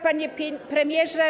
Panie Premierze!